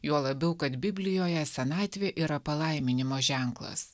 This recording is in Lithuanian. juo labiau kad biblijoje senatvė yra palaiminimo ženklas